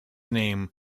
name